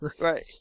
Right